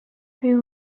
they